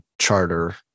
charter